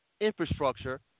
infrastructure